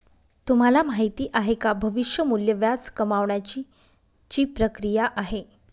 तुम्हाला माहिती आहे का? भविष्य मूल्य व्याज कमावण्याची ची प्रक्रिया आहे